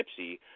Gypsy